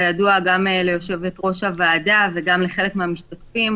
כידוע גם ליושבת-ראש הוועדה וגם לחלק מן המשתתפים,